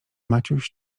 maciuś